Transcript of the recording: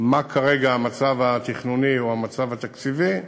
מה כרגע המצב התכנוני או המצב התקציבי,